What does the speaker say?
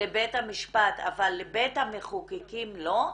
לבית המשפט אבל לבית המחוקקים לא?